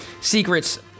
secrets